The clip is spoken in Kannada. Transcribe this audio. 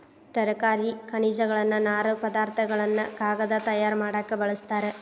ತರಕಾರಿ ಖನಿಜಗಳನ್ನ ನಾರು ಪದಾರ್ಥ ಗಳನ್ನು ಕಾಗದಾ ತಯಾರ ಮಾಡಾಕ ಬಳಸ್ತಾರ